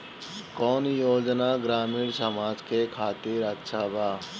कौन योजना ग्रामीण समाज के खातिर अच्छा बा?